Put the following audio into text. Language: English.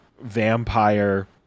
vampire